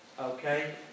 okay